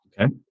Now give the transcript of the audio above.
Okay